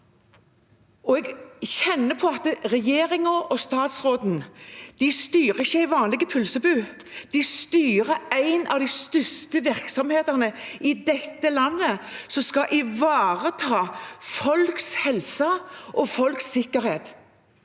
av noen få uker. Regjeringen og statsråden styrer ikke en vanlig pølsebod, de styrer en av de største virksomhetene i dette landet, som skal ivareta folks helse og sikkerhet.